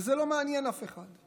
וזה לא מעניין אף אחד.